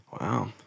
Wow